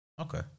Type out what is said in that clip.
Okay